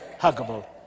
huggable